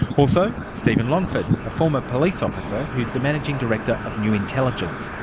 also, steven longford, a former police officer who is the managing director of new intelligence,